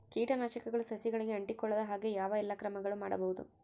ಕೇಟನಾಶಕಗಳು ಸಸಿಗಳಿಗೆ ಅಂಟಿಕೊಳ್ಳದ ಹಾಗೆ ಯಾವ ಎಲ್ಲಾ ಕ್ರಮಗಳು ಮಾಡಬಹುದು?